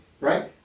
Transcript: right